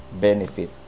benefit